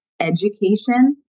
education